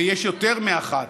ויש יותר מאחת,